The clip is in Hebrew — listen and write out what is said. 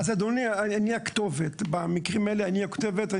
אדוני, במקרים האלה אני הכתובת.